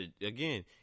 again